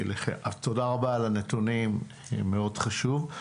תודה רבה על הנתונים, מאוד חשוב.